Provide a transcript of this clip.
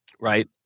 right